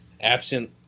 absent